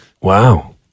Wow